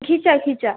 ঘিচা ঘিচা